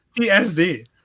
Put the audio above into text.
TSD